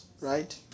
right